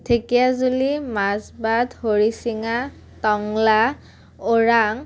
Dhekiajuli Majbat Harisinga Tangla Orang